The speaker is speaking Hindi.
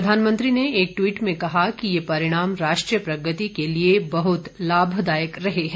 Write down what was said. प्रधानमंत्री ने एक टवीट में कहा कि ये परिणाम राष्ट्रीय प्रगति के लिए बहत लाभदायक रहे हैं